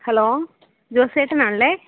hello ജോസേട്ടനാണല്ലേ